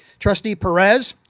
trustee perez,